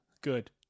Good